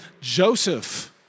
Joseph